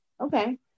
Okay